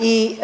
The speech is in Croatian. i